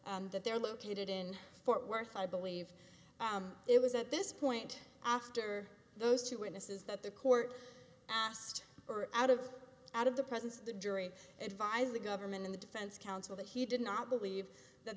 and that they're located in fort worth i believe it was at this point after those two witnesses that the court asked out of out of the presence of the jury advised the government in the defense counsel that he did not believe that